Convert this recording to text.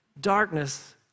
darkness